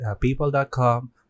people.com